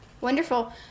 Wonderful